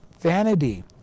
vanity